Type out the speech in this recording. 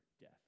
death